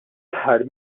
aħħar